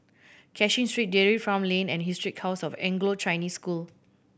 Cashin Street Dairy Farm Lane and Historic House of Anglo Chinese School